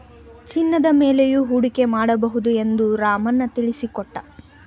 ಚಿನ್ನದ ಮೇಲೆಯೂ ಹೂಡಿಕೆ ಮಾಡಬಹುದು ಎಂದು ರಾಮಣ್ಣ ತಿಳಿಸಿಕೊಟ್ಟ